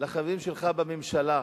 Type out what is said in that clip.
לחברים שלך בממשלה: